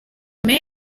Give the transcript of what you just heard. may